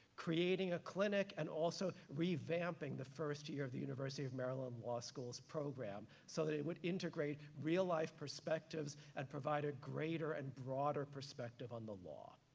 creating a clinic and also revamping the first year of the university of maryland law school's program so that it would integrate real life perspectives and provided greater and broader perspective on the law.